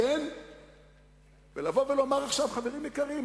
ולומר עכשיו: חברים יקרים,